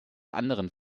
anderen